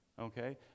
Okay